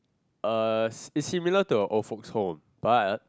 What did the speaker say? uh it's similar to your old folks home but